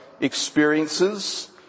experiences